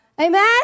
Amen